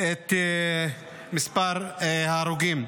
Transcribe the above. את מספר ההרוגים.